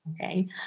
Okay